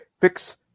fix